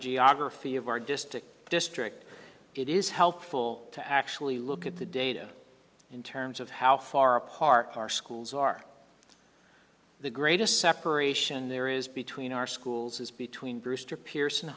geography of our district district it is helpful to actually look at the data in terms of how far apart our schools are the greatest separation there is between our schools as between brewster pearson